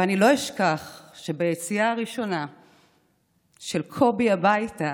אבל אני לא אשכח שביציאה הראשונה של קובי הביתה